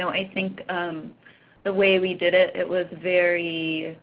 i think the way we did it, it was very